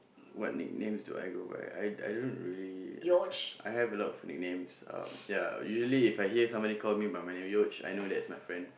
what nicknames do I go by I I don't really I have a lot of nicknames um ya usually If I hear somebody call me by my name Yoj I know that's my friend